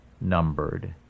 numbered